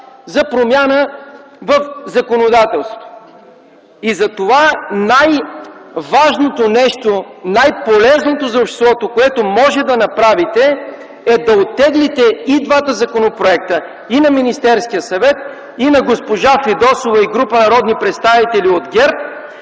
за промяна в законодателството не е спазен. И затова най-важното нещо, най-полезното за обществото, което може да направите, е да оттеглите и двата законопроекта – и на Министерския съвет, и на госпожа Фидосова и група народни представители от ГЕРБ,